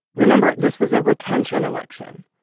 remember, this was a retention election,